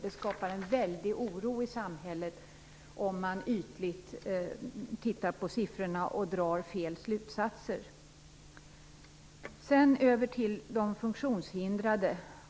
Det skapar en väldig oro i samhället, om man tittar ytligt på siffrorna och drar fel slutsatser. Sedan går jag över till frågan om de funktionshindrade.